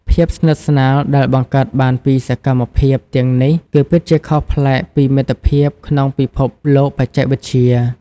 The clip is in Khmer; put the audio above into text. ភាពស្និទ្ធស្នាលដែលបង្កើតបានពីសកម្មភាពទាំងនេះគឺពិតជាខុសប្លែកពីមិត្តភាពក្នុងពិភពលោកបច្ចេកវិទ្យា។